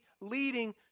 leading